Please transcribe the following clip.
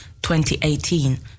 2018